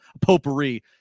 potpourri